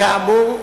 כאמור,